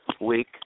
week